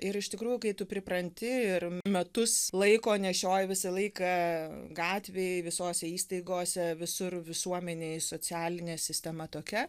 ir iš tikrųjų kai tu pripranti ir metus laiko nešioji visą laiką gatvėj visose įstaigose visur visuomenėj socialinė sistema tokia